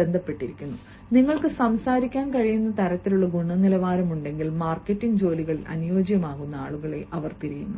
ബന്ധപ്പെട്ടിരിക്കുന്നു നിങ്ങൾക്ക് സംസാരിക്കാൻ കഴിയുന്ന തരത്തിലുള്ള ഗുണനിലവാരമുണ്ടെങ്കിൽ മാർക്കറ്റിംഗ് ജോലികൾക്ക് അനുയോജ്യമാകുന്ന ആളുകളെ അവർ തിരയുന്നു